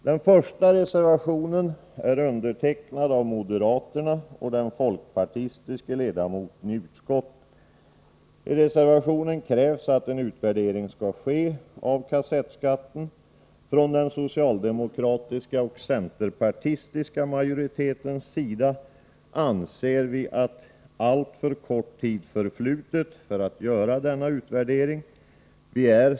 Den första reservationen är undertecknad av moderaterna och den folkpartistiske ledamoten i utskottet. I reservationen krävs att en utvärdering av kassettskatten skall ske. Från den socialdemokratiska och centerpartistiska majoritetens sida anser vi att allt för kort tid har förflutit för att man skall kunna göra någon utvärdering.